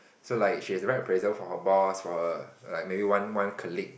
so like she has to write appraisal for her boss for her like one one colleague